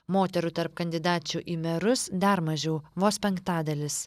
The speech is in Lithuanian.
moterų tarp kandidačių į merus dar mažiau vos penktadalis